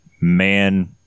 man